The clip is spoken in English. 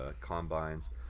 Combines